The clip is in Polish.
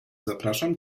zapraszam